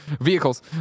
vehicles